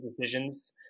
decisions